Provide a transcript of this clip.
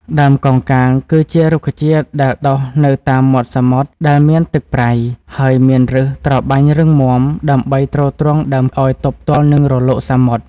ដើមកោងកាង គឺជារុក្ខជាតិដែលដុះនៅតាមមាត់សមុទ្រដែលមានទឹកប្រៃ ហើយមានឫសត្របាញ់រឹងមាំ ដើម្បីទ្រទ្រង់ដើមឲ្យទប់ទល់នឹងរលកសមុទ្រ។